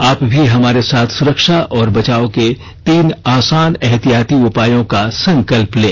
आप भी हमारे साथ सुरक्षा और बचाव के तीन आसान एहतियाती उपायों का संकल्प लें